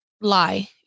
lie